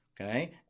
Okay